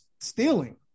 stealing